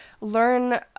learn